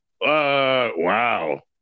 Wow